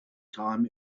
time